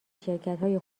شرکتهای